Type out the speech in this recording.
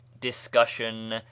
discussion